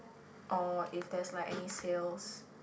or if there is like any sales